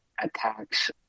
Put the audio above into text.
attacks